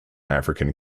african